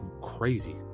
crazy